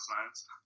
Science